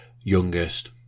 Youngest